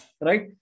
Right